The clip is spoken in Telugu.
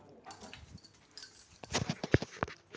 డ్రిప్, స్ప్రింకర్లు పైపులు సబ్సిడీ మీద ఎక్కడ అప్లై చేసుకోవాలి?